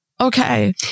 Okay